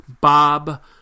Bob